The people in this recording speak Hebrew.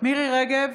מירי מרים רגב,